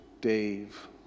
Dave